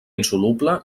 insoluble